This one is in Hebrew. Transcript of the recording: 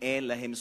אין להם זכויות,